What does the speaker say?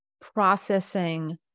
processing